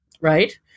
right